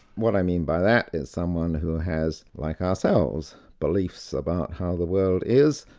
what i mean by that is someone who has, like ourselves, beliefs about how the world is,